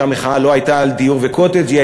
שהמחאה לא הייתה על דיור וקוטג',